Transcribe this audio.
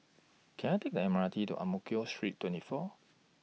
Can I Take The M R T to Ang Mo Kio Street twenty four